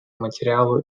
материалу